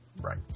right